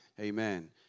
Amen